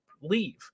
leave